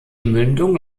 mündung